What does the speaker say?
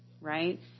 right